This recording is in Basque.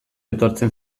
etortzen